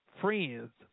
friends